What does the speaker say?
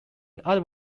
other